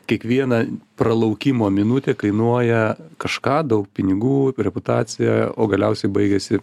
kiekviena pralaukimo minutė kainuoja kažką daug pinigų reputaciją o galiausiai baigiasi